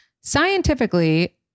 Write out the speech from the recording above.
scientifically